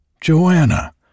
Joanna